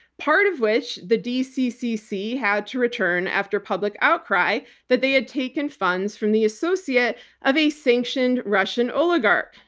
part of which the dccc had to return after public outcry that they had taken funds from the associate of a sanctioned russian oligarch.